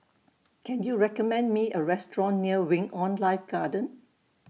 Can YOU recommend Me A Restaurant near Wing on Life Garden